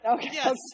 Yes